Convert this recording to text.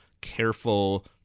careful